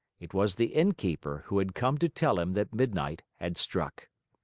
it was the innkeeper who had come to tell him that midnight had struck.